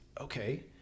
Okay